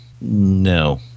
no